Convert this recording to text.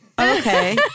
Okay